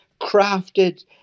crafted